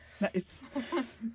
Nice